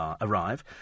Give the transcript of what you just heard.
arrive